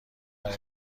برای